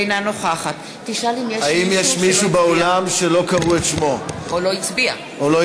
אינה נוכחת האם יש מישהו באולם שלא קראו את שמו או לא הצביע?